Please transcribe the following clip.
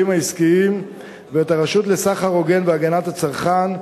העסקיים ואת הרשות לסחר הוגן והגנת הצרכן.